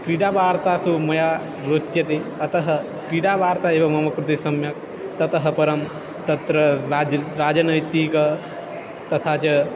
क्रीडावार्तासु मया रोच्यते अतः क्रीडावार्ता एव मम कृते सम्यक् ततः परं तत्र राज राजनैतिक तथा च